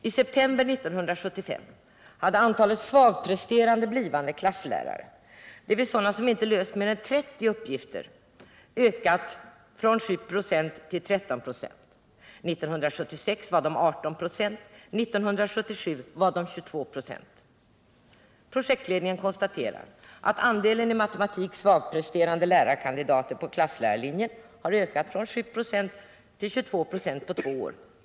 I september 1975 hade antalet svagpresterande blivande klasslärare, dvs. sådana som inte löst mer än 30 uppgifter, ökat från 7 924 till 13 26. År 1976 var de 18 26, och 1977 var de 22 26. Projektledningen konstaterar att andelen i matematik svagpresterande lärarkandidater på klasslärarlinjen på två år har ökat från 7 96 till 22 96.